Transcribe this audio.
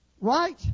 right